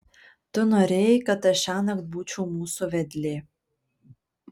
tu norėjai kad aš šiąnakt būčiau mūsų vedlė